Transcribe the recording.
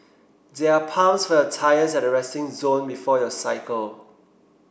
there are pumps for your tyres at the resting zone before you cycle